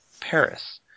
Paris